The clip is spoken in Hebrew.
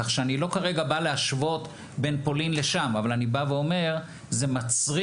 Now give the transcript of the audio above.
כך שכרגע אני לא בא להשוות בין פולין לשם אבל אני אומר שזה מצריך